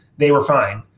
they were fine.